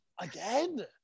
again